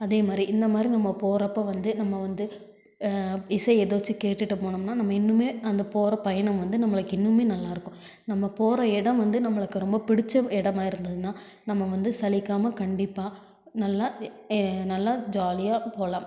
அதேமாதிரி இந்தமாதிரி நம்ம போறப்போ வந்து நம்ம வந்து இசை ஏதாச்சும் கேட்டுகிட்டு போனம்னா நம்ம இன்னுமே அந்த போகற பயணம் வந்து நம்மளுக்கு இன்னுமே நல்லா இருக்கும் நம்ம போகற இடம் வந்து நம்மளுக்கு ரொம்ப பிடிச்ச எடமாக இருந்துதுன்னா நம்ம வந்து சலிக்காம கண்டிப்பாக நல்லா நல்லா ஜாலியாக போகலாம்